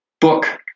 book